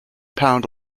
pound